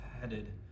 headed